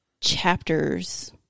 chapters